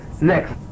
next